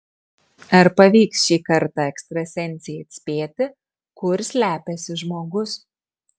ar pavyks šį kartą ekstrasensei atspėti kur slepiasi žmogus